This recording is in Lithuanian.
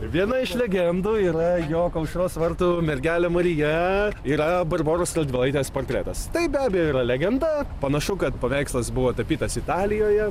viena iš legendų yra jog aušros vartų mergelė marija yra barboros radvilaitės portretas tai be abejo yra legenda panašu kad paveikslas buvo tapytas italijoje